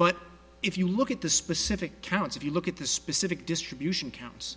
but if you look at the specific counts if you look at the specific distribution counts